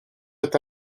está